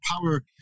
power